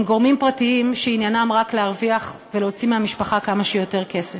גורמים פרטיים שעניינים רק להרוויח ולהוציא מהמשפחה כמה שיותר כסף.